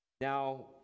Now